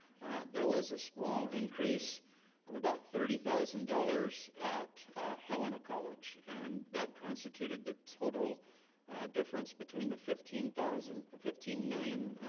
there was a small increase of about thirty thousand dollars at helena college and that constituted the total difference between the fifteen thousand, um fifteen million